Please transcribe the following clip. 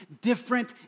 different